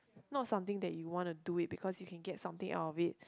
not something that you wanna do it because you can get something out of it